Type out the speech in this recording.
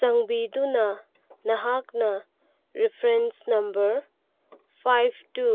ꯆꯥꯟꯕꯤꯗꯨꯅ ꯅꯍꯥꯛꯅ reference number five two